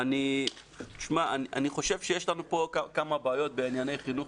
אני חושב שיש לנו פה כמה בעיות בענייני חינוך